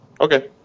Okay